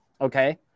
Okay